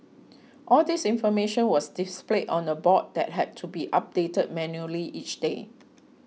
all this information was displayed on a board that had to be updated manually each day